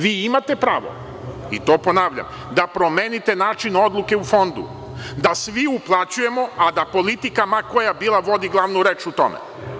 Vi imate pravo, to ponavljam, da promenite način odluke u fondu – da svi uplaćujemo, a da politika, ma koja bila, vodi glavnu reč u tome.